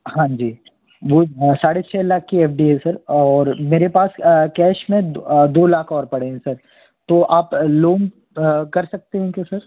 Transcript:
हांजी वो साढ़े छः लाख की एफ डी है सर और मेरे पास कैश में दो लाख और पड़े हैं सर तो आप लोन कर सकते हैं क्या सर